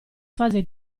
fase